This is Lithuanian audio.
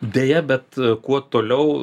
deja bet kuo toliau